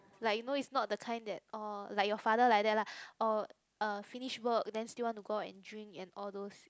like you know is not the kind that orh like your father like that lah orh uh finish work then still want to go out and drink and all those